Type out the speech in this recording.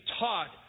taught